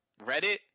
Reddit